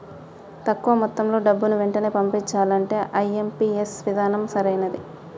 తక్కువ మొత్తంలో డబ్బుని వెంటనే పంపించాలంటే ఐ.ఎం.పీ.ఎస్ విధానం సరైనది